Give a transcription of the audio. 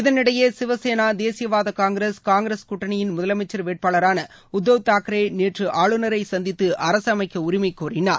இதனிடையே சிவசேனா தேசிய வாத காங்கிரஸ் காங்கிரஸ் கூட்டணியின் முதலமைச்சர் வேட்பாளரான உத்தவ் தூக்ரே நேற்று ஆளுநரை சந்தித்து அரசு அமைக்க உரிமை கோரினார்